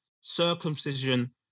circumcision